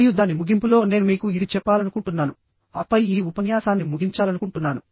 మరియు దాని ముగింపులో నేను మీకు ఇది చెప్పాలనుకుంటున్నాను ఆపై ఈ ఉపన్యాసాన్ని ముగించాలనుకుంటున్నాను